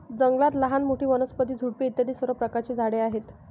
जंगलात लहान मोठी, वनस्पती, झुडपे इत्यादी सर्व प्रकारची झाडे आहेत